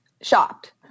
shocked